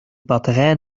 batterij